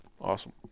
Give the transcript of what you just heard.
Awesome